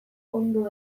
ondo